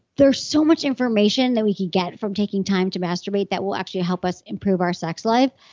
there's so much information that we can get from taking time to masturbate that will actually help us improve our sex life.